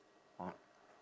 on